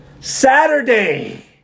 Saturday